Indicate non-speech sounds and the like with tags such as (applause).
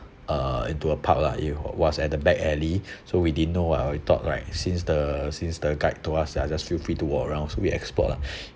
uh into a pub lah it was at the back alley (breath) so we didn't know what we thought right since the since the guide told us you just feel free to walk around so we explored lah (breath)